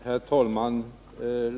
Herr talman!